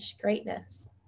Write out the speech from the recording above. greatness